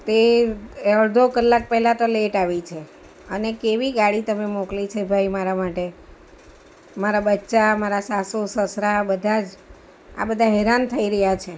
તે અડધો કલાક પહેલા તો લેટ આવી છે અને કેવી ગાડી તમે મોકલી છે ભાઈ મારા માટે મારા બચ્ચા મારા સાસુ સસરા બધા જ આ બધા હેરાન થઈ રહ્યા છે